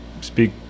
speak